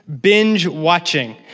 Binge-watching